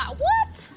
ah what!